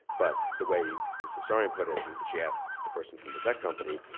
but the way this historian put it, and she asked the person from the tech company,